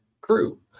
crew